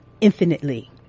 infinitely